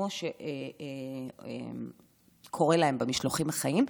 כמו שקורה להם במשלוחים החיים,